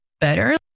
better